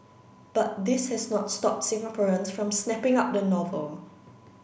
but this has not stopped Singaporeans from snapping up the novel